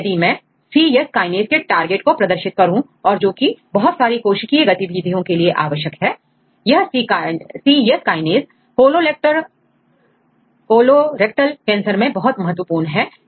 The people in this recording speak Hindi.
तो यदि मैंcYes Kinaseके टारगेट को प्रदर्शित करूं और जोकि बहुत सारी कोशिकीय गतिविधियों के लिए आवश्यक colorectal यह cYesKinaseI कोलोरेक्टल कैंसर में बहुत महत्वपूर्ण है